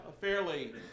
fairly